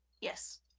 yes